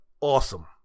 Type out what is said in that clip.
awesome